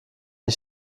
ich